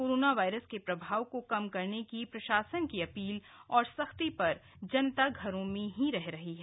corona virus के प्रभाव को कम करने की प्रशासन की अपील और सख्ती पर जनता घरों में ही रह रही है